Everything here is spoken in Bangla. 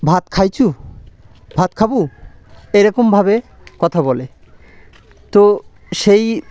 ভাত খাইচু ভাত খাবু এরকমভাবে কথা বলে তো সেই